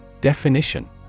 Definition